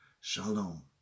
Shalom